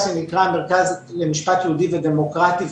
שנקרא המרכז למשפט יהודי ודמוקרטי,